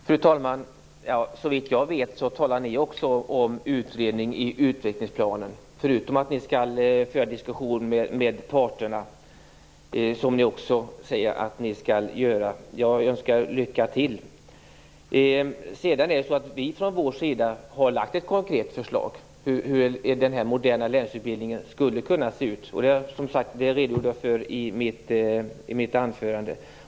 Fru talman! Såvitt jag vet talar ni i utvecklingsplanen också om en utredning, förutom att ni säger att ni skall föra diskussion med parterna. Jag önskar lycka till. Vi har lagt fram ett konkret förslag på hur den här moderna lärlingsutbildningen skulle kunna se ut. Det redogjorde jag för i mitt huvudanförande.